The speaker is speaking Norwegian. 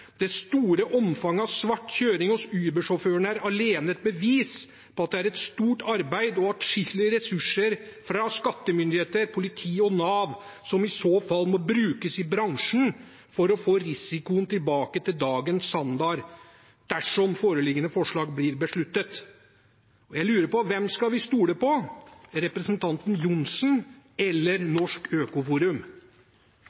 Det store omfanget av svart kjøring hos Uber-sjåførene er alene et bevis på at det er et stort arbeid og atskillige ressurser fra skattemyndigheter, politi og NAV som i så fall må brukes i bransjen for å få risikoen tilbake til dagens standard, dersom foreliggende forslag blir besluttet.» Jeg lurer på hvem vi skal stole på, representanten Johnsen eller